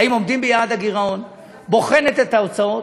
האם עומדים ביעד הגירעון, בוחנת את ההוצאות,